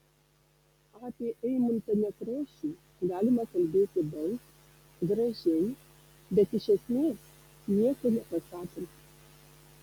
apie eimuntą nekrošių galima kalbėti daug gražiai bet iš esmės nieko nepasakant